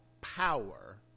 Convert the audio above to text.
power